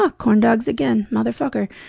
ah corn dogs again. motherfucker.